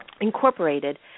Incorporated